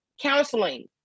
counseling